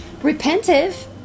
repentive